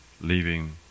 leaving